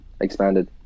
expanded